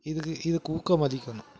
இதுக்கு இதுக்கு ஊக்கமதிக்கணும்